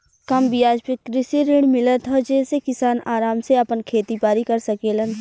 कम बियाज पे कृषि ऋण मिलत हौ जेसे किसान आराम से आपन खेती बारी कर सकेलन